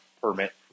permit